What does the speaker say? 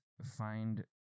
Find